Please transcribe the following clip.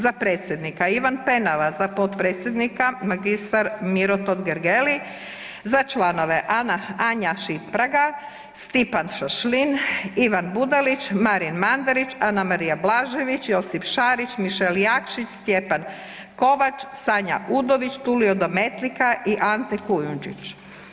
Za predsjednika Ivan Penava, za potpredsjednika mag. Miro Totgergeli, za članove: Anja Šimpraga, Stipan Šašlin, Ivan Budalić, Marin Mandarić, Anamarija Blažević, Josip Šarić, Mišel Jakšić, Stjepan Kovač, Sanja Udović, Tulio Demetlika i Ante Kujundžić.